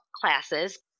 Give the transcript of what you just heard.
classes